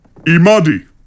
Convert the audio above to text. Imadi